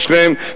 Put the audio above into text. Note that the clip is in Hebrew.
בשכם,